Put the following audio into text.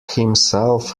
himself